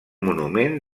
monument